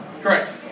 Correct